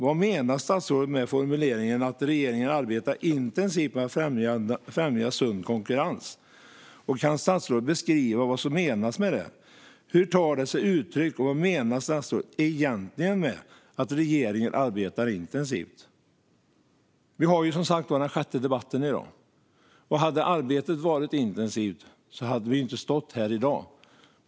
Vad menar statsrådet med formuleringen "regeringen arbetar intensivt med att främja sund konkurrens"? Kan statsrådet beskriva vad som menas med det och hur det tar sig uttryck? Vad menar statsrådet egentligen med att regeringen arbetar intensivt? Vi har som sagt den sjätte debatten i dag. Hade arbetet varit intensivt hade vi inte stått här i dag.